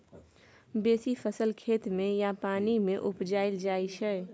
बेसी फसल खेत मे या पानि मे उपजाएल जाइ छै